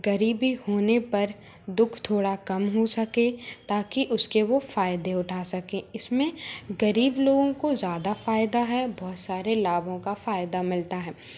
गरीबी होने पर दुख थोड़ा कम हो सके ताकि उसके वो फायदे उठा सके इसमें गरीब लोगों को ज़्यादा फायदा है बहुत सारे लाभों का फायदा मिलता है